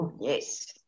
Yes